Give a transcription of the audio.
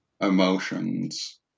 emotions